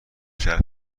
شهر